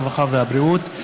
הרווחה והבריאות.